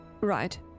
Right